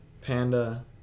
Panda